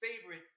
favorite